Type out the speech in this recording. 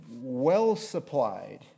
well-supplied